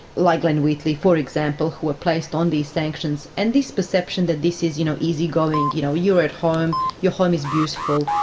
like glenn wheatley for example, who were placed on these sanctions. and this perception that this is, you know, easy going. you know, you're at home, your home is beautiful,